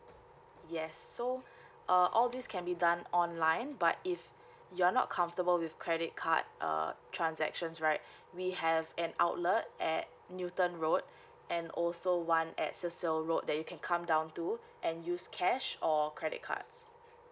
yes so uh all this can be done online but if you're not comfortable with credit card uh transactions right we have an outlet at newton road and also one at cecil road that you can come down to and use cash or credit cards